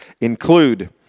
include